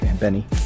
Benny